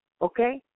Okay